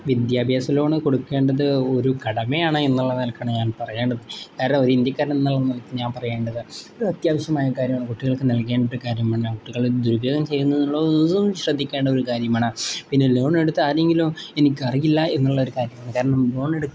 വിദ്യാഭ്യാസ ലോൺ കൊടുക്കേണ്ടത് ഒരു കടമയാണ് എന്നുള്ള നിലയ്ക്കാണ് ഞാൻ പറയേണ്ടത് കാരണം ഒരു ഇന്ത്യക്കാരൻ എന്നുള്ള നിലയ്ക്ക് ഞാൻ പറയേണ്ടത് ഒരു അത്യാവശ്യമായ കാര്യമാണ് കുട്ടികൾക്ക് നൽകേണ്ട കാര്യമാണ് കുട്ടികൾ ദുരുപയോഗം ചെയ്യുന്നത് ഉണ്ടോ എന്നുള്ള ഇതും ശ്രദ്ധിക്കേണ്ട ഒരു കാര്യമാണ് പിന്നെ ലോൺ എടുത്ത ആരെയെങ്കിലും എനിക്ക് അറിയില്ല എന്നുള്ള ഒരു കാര്യമാണ് കാരണം ലോൺ എടു